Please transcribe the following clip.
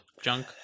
junk